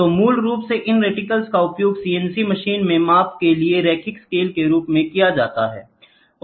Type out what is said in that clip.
तो मूल रूप से इन रिटिकल्स का उपयोग CNC मशीनों में माप के लिए रैखिक स्केल के रूप में किया जाता है